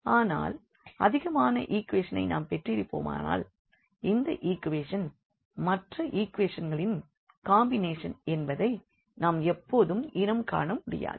ஆனால் அதிகமான ஈக்வேஷன்ஸ் ஐ நாம் பெற்றிருப்போமானால் அந்த ஈக்வேஷன் மற்ற ஈக்வேஷன்ஸ் களின் காம்பினேஷன் என்பதை நாம் எப்போதும் இனம் காண முடியாது